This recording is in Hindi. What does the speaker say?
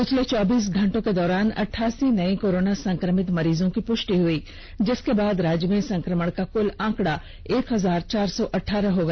पिछले चौबीस घंटे के दौरान अठासी नये कोरोना संक्रमित मरीजों की पुष्टि हुई जिसके बाद राज्य में संक्रमण का कुल आंकड़ा एक हजार चार सौ अठारह हो गया